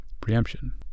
preemption